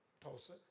Tulsa